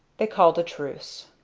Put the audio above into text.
they called a truce.